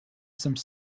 some